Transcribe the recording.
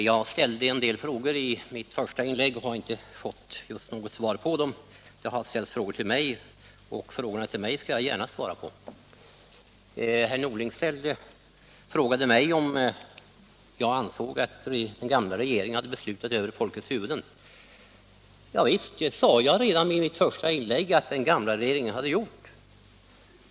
Herr talman! Jag ställde i mitt första inlägg en del frågor, men jag har just inte fått något svar på dem. Det har ställts frågor till mig, och dem skall jag gärna svara på. Herr Norling frågade mig om jag ansåg att den gamla regeringen hade beslutat över folkets huvuden. Ja visst, jag sade redan i mitt första inlägg att den gamla regeringen hade gjort det.